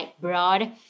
broad